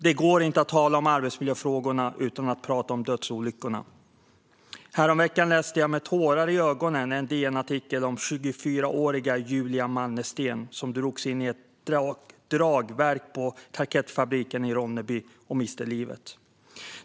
Det går inte att tala om arbetsmiljöfrågorna utan att prata om dödsolyckorna. Häromveckan läste jag med tårar i ögonen en DN-artikel om 24-åriga Julia Mannersten, som drogs in i ett dragverk på Tarkettfabriken i Ronneby och miste livet.